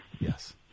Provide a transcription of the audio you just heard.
Yes